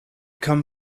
come